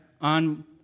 on